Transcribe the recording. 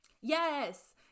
Yes